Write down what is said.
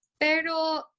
Pero